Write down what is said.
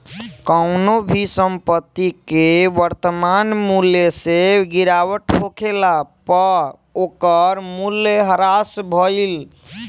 कवनो भी संपत्ति के वर्तमान मूल्य से गिरावट होखला पअ ओकर मूल्य ह्रास भइल